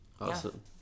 Awesome